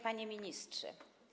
Panie Ministrze!